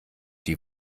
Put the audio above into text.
die